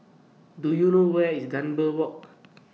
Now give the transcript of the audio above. Do YOU know Where IS Dunbar Walk